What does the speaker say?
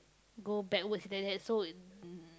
go backwards like that so uh